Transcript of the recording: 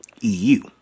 EU